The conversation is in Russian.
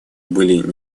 были